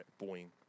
boing